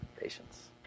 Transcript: patience